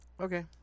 okay